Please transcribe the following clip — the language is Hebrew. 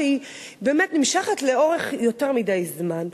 היא באמת נמשכת לאורך יותר מדי זמן.